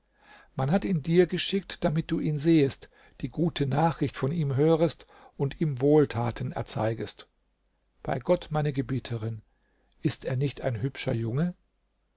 man hat ihn dir geschickt damit du ihn sehest die gute nachricht von ihm hörest und ihm wohltaten erzeigest bei gott meine gebieterin ist er nicht ein hübscher junge